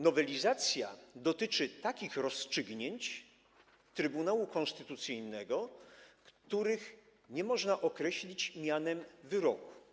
Nowelizacja dotyczy takich rozstrzygnięć Trybunału Konstytucyjnego, których nie można określić mianem wyroku.